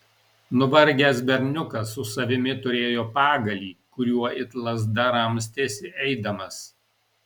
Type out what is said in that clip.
nuvargęs berniukas su savimi turėjo pagalį kuriuo it lazda ramstėsi eidamas